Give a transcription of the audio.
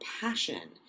passion